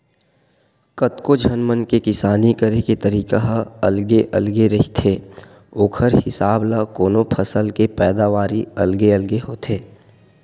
कतको झन मन के किसानी करे के तरीका ह अलगे अलगे रहिथे ओखर हिसाब ल कोनो फसल के पैदावारी अलगे अलगे होथे